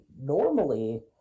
normally